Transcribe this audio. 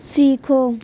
سیکھو